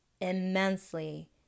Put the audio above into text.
immensely